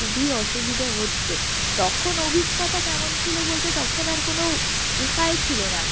খুবই অসুবিধে হচ্ছে তখন অভিজ্ঞতা কেমন ছিলো বলতে তখন আর কোনও উপায় ছিলো না